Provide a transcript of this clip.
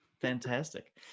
Fantastic